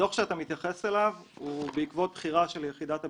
הדוח שאתה מתייחס אליו הוא בעקבות בחירה של יחידת הביקורת,